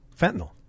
fentanyl